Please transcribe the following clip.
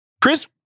Chris